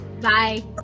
Bye